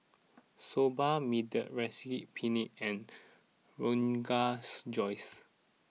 Soba Mediterranean Penne and Rogan Josh